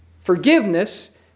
Forgiveness